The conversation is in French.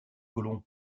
colomb